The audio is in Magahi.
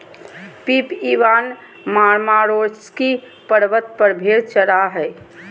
पिप इवान मारमारोस्की पर्वत पर भेड़ चरा हइ